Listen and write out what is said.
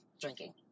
drinking